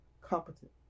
competent